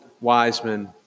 Wiseman